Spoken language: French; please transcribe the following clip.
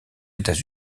états